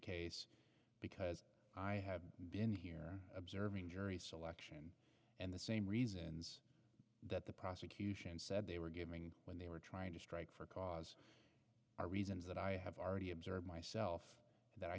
case because i have been here observing jury selection and the same reasons that the prosecution said they were giving when they were trying to strike for cause are reasons that i have already observed myself that i